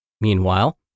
Meanwhile